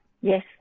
yes